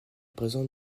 présente